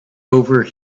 over